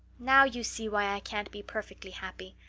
now you see why i can't be perfectly happy.